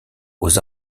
aux